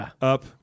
up